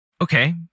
Okay